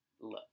look